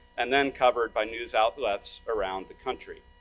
and then covered by news outlets around the country.